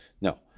No